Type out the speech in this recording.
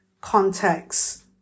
Context